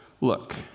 look